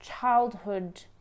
childhood